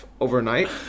overnight